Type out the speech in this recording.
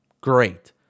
Great